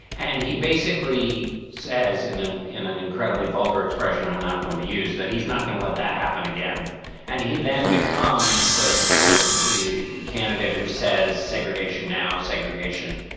and he basically says in an in an incredibly vulgar expression, i'm not going to use that. he's not going to let that happen again and he then becomes the the the candidate who says segregation now, segregation